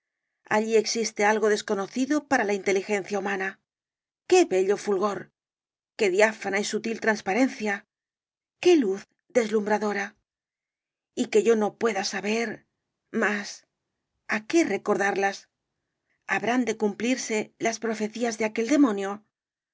allí existe algo desconocido para la inteligencia humana qué bello fulgor qué diáfana y sutil transparencia qué luz deslumbradora y que yo no pueda saber mas á qué recordarlas habrán de cumplirse las profecías de aquel demonio